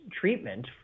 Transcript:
treatment